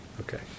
Okay